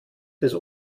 des